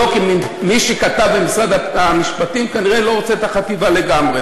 מי שכתב במשרד המשפטים כנראה לא רוצה את החטיבה לגמרי,